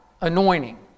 anointing